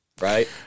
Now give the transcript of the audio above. Right